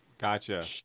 Gotcha